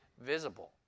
visible